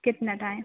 कितना टाइम